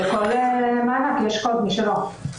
לכל מענק יש קוד משלו.